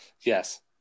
Yes